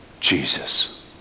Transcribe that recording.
Jesus